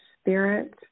spirit